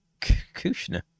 Kushner